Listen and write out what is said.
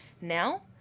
Now